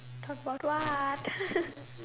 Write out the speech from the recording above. talk about what